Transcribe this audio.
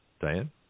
Diane